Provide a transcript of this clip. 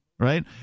Right